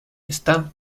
están